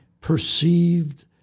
perceived